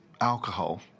alcohol